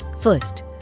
First